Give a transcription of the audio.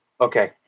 Okay